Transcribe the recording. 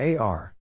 AR